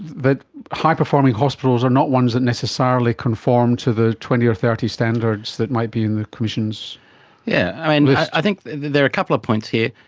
that high-performing hospitals are not ones that necessarily conform to the twenty or thirty standards that might be in the commission's yeah and list. there are a couple of points here.